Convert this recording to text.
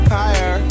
higher